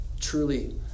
truly